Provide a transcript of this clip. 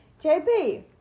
JP